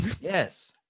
Yes